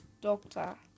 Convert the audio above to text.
doctor